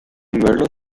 möller